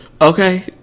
Okay